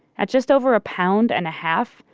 at just over a pound and a half,